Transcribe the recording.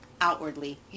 outwardly